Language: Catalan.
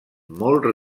molt